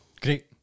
Great